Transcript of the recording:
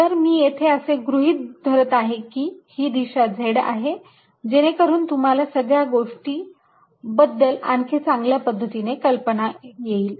तर मी येथे असे गृहीत धरत आहे की हि दिशा z आहे जेणेकरून तुम्हाला या सगळ्या गोष्टी बद्दल आणखी चांगल्या पद्धतीने कल्पना करता येईल